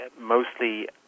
mostly